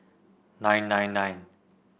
nine nine nine